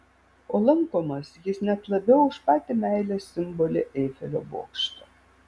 o lankomas jis net labiau už patį meilės simbolį eifelio bokštą